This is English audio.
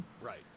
Right